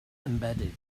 embedded